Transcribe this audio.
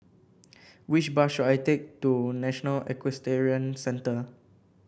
which bus should I take to National Equestrian Centre